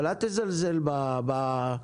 אבל אל תזלזל בעדויות.